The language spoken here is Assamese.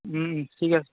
ও ঠিক আছে